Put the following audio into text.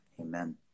amen